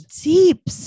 Deep